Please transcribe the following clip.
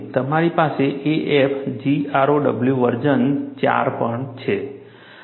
તમારી પાસે AFGROW version 4